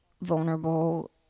vulnerable